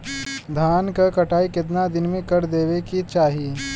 धान क कटाई केतना दिन में कर देवें कि चाही?